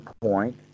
point